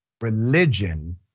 religion